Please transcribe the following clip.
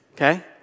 okay